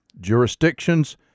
jurisdictions